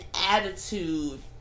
attitude